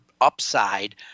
upside